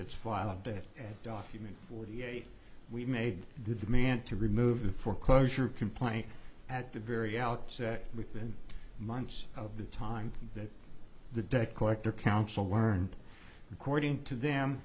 document forty eight we made the demand to remove the foreclosure complaint at the very outset within months of the time that the debt collector council learned according to them